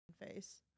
face